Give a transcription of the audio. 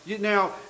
Now